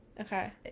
Okay